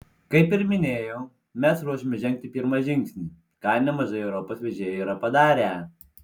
kaip ir minėjau mes ruošiamės žengti pirmą žingsnį ką nemažai europos vežėjų yra padarę